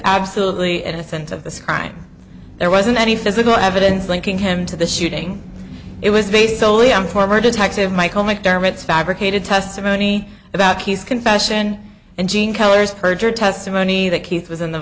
absolutely innocent of this crime there wasn't any physical evidence linking him to the shooting it was based soley on former detective michael mcdermott's fabricated testimony about his confession and jean colors perjured testimony that keith was in the